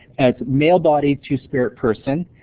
as male-bodied two-spirit person.